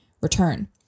return